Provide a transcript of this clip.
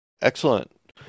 Excellent